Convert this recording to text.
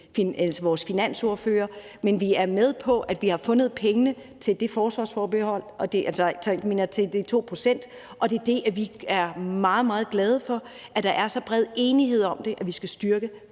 vores finansordfører om. Men vi er med på, at man har fundet pengene til de 2 pct., og vi er meget, meget glade for, at der er så bred enighed om, at vi skal styrke